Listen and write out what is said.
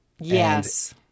Yes